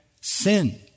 Sin